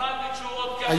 אני נבהל מתשובות כאלה,